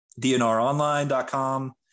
DNRonline.com